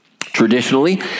Traditionally